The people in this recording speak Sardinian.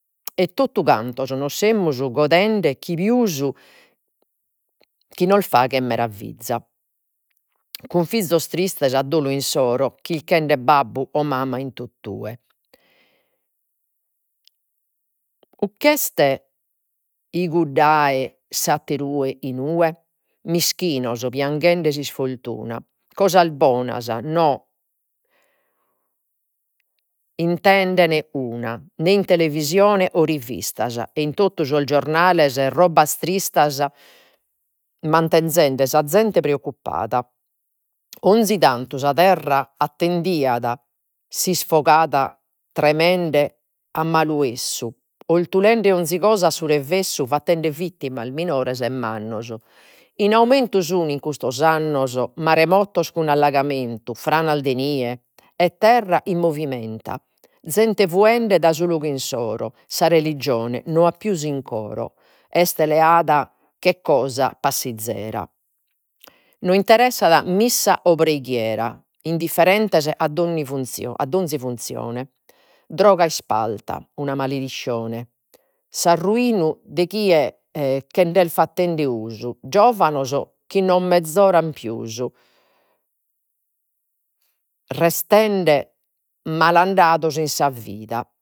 E totu cantos nos semus godende, chi chi nos faghet meraviza, cun fizos tristes a dolu insoro chirchende babbu o mama in tottue che est iguddae su atterue inue. Mischinos pianghende s'isfortuna. Cosas bonas intenden una, nè in televisione o rivistas e in totu sos giornales, robas tristas mantenzende sa zente preoccupada. 'Onzi tantu sa terra attendiat tremende a malu essu 'oltulende 'onzi cosa a su revessu, fattende vittimas minores e mannos. In aumentu sun in custos annos maremotos, cun allagamentu, franas de nie, e terra in zente fuende dae su logu insoro. Sa religione nos at pius in coro, est leada che cosa passizera, no interessat missa o preghiera, indifferentes a a donzi funzione. Droga isparta, una malaiscione s'arruinu de chie chend'est fattende usu, giovanos chi no mezoran pius restende malandados in sa vida.